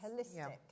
holistic